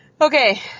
Okay